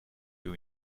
you